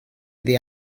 iddi